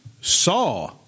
saw